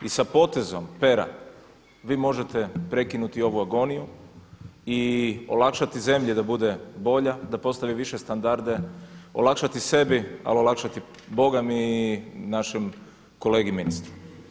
I sa potezom pera vi možete prekinuti ovu agoniju i olakšati zemlji da bude bolja, da postavi više standarde, olakšati sebi, ali olakšati boga mi i našem kolegi ministru.